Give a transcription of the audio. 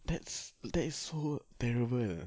that's that is so terrible